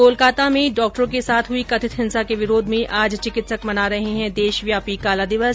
कोलकाता में डॉक्टरों के साथ हुई कथित हिंसा के विरोध में आज चिकित्सक मना रहे है देशव्यापी काला दिवस